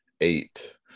eight